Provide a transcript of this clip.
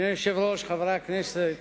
אדוני היושב-ראש, חברי הכנסת,